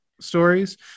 stories